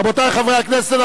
רבותי חברי הכנסת,